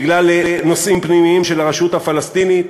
בגלל נושאים פנימיים של הרשות הפלסטינית.